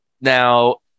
Now